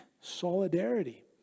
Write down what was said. solidarity